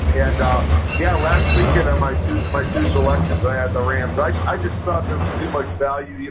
and yeah, last weekend i, my two, my two selections, i had the ramps. i just thought there was too much value. you